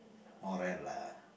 morale lah